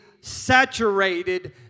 Saturated